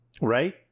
Right